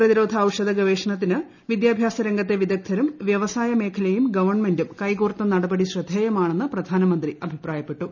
പ്രതിരോധ ഔഷധ ഗവേഷണത്തിന് വിദ്യാഭ്യാസ രംഗത്തെ വിദഗ്ധരും വ്യവസായ മേഖലയും ഗവൺമെന്റും കൈകോർത്ത നടപടി ശ്രദ്ധേയമാണെന്ന് പ്രധാനമന്ത്രി അഭിപ്രായപ്പെട്ടു